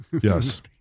Yes